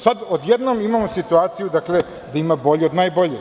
Sad odjednom imamo situaciju da ima bolje od najboljeg.